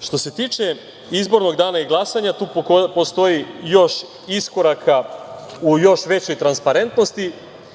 Što se tiče izbornog dana i glasanja, tu postoji još iskoraka u još većoj transparentnosti.